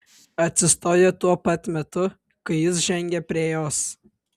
atsistojo tuo pat metu kai jis žengė prie jos